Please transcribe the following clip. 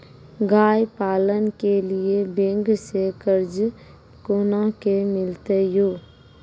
गाय पालन के लिए बैंक से कर्ज कोना के मिलते यो?